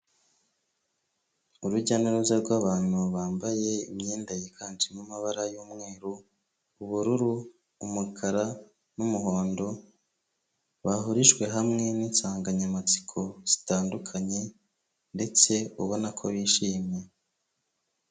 Urujya n'uruza rw'abantu bambaye imyenda yiganjemo amabara y'umweru, ubururu, umukara n'umuhondo, bahurijwe hamwe n'insanganyamatsiko zitandukanye ndetse ubona ko bishimye.